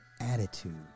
attitude